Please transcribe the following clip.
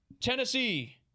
Tennessee